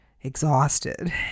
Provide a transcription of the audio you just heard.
exhausted